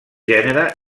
gènere